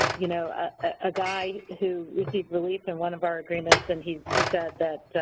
you know, a guy who received relief in one of our agreements and he he said that,